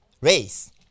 race